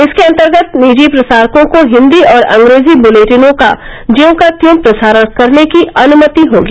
इसके अंतर्गत निजी प्रसारकों को हिन्दी और अंग्रेजी बुलेटिनों का ज्यों का त्यों प्रसारण करने की अनुमति होगी